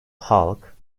halk